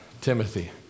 Timothy